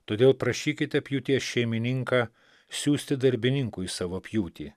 todėl prašykite pjūties šeimininką siųsti darbininkų į savo pjūtį